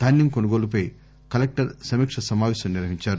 ధాన్యం కొనుగోలుపై కలెక్టర్ సమీకా సమాపేశం నిర్వహించారు